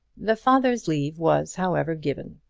the father's leave was however given,